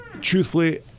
truthfully